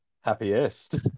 Happiest